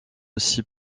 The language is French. aussi